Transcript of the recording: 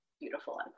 beautiful